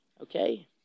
Okay